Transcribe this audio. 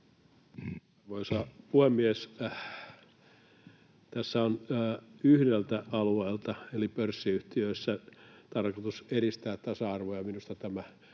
Arvoisa puhemies! Tässä on yhdellä alueella eli pörssiyhtiöissä tarkoitus edistää tasa-arvoa, ja minusta tämä